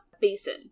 Basin